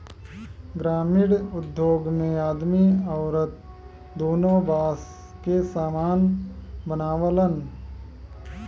ग्रामिण उद्योग मे आदमी अउरत दुन्नो बास के सामान बनावलन